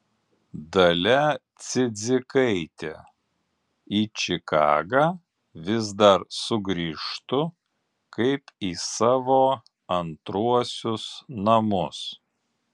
dalia cidzikaitė į čikagą vis dar sugrįžtu kaip į savo antruosius namus